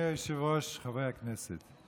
אדוני היושב-ראש, חברי הכנסת,